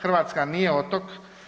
Hrvatska nije otok.